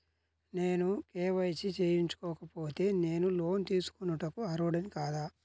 నేను కే.వై.సి చేయించుకోకపోతే నేను లోన్ తీసుకొనుటకు అర్హుడని కాదా?